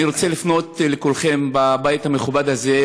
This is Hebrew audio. אני רוצה לפנות לכולכם בבית המכובד הזה,